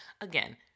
again